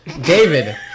David